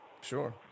Sure